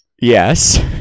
Yes